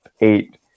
eight